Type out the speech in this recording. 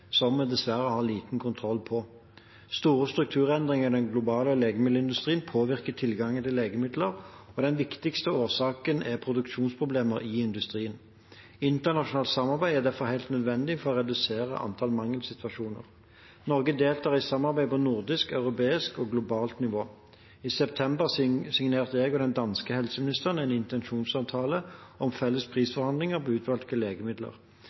som vi dessverre har liten kontroll over. Store strukturendringer i den globale legemiddelindustrien påvirker tilgangen til legemidler, og den viktigste årsaken er produksjonsproblemer i industrien. Internasjonalt samarbeid er derfor helt nødvendig for å redusere antallet mangelsituasjoner. Norge deltar i samarbeid på nordisk, europeisk og globalt nivå. I september signerte jeg og den danske helseministeren en intensjonsavtale om felles prisforhandlinger om utvalgte legemidler.